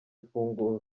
ifunguro